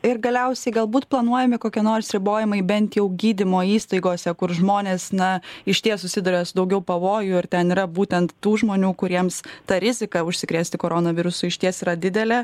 ir galiausiai galbūt planuojami kokie nors ribojimai bent jau gydymo įstaigose kur žmonės na išties susiduria su daugiau pavojų ir ten yra būtent tų žmonių kuriems ta rizika užsikrėsti koronavirusu išties yra didelė